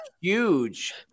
huge